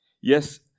yes